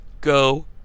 go